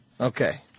Okay